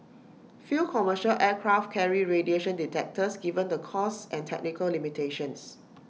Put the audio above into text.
few commercial aircraft carry radiation detectors given the costs and technical limitations